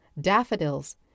daffodils